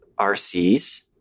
rcs